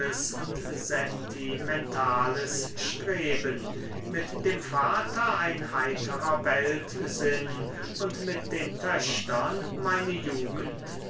und sentimentales streben mit dem vater ein heiterer weltsinn und mit den töchtern meine jugend